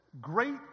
great